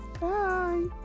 Bye